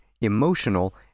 emotional